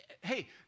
hey